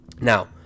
Now